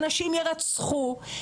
שנשים ירצחו,